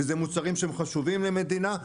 ואלה מוצרים שהם חשובים למדינה.